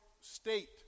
State